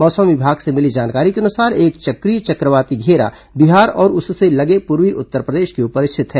मौसम विभाग से मिली जानकारी के अनुसार एक चक्रीय चक्रवाती घेरा बिहार और उससे लगे पूर्वी उत्तरप्रदेश के ऊपर स्थित है